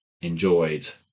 enjoyed